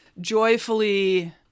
Joyfully